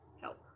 help